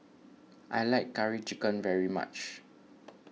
I like Curry Chicken very much